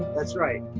that's right,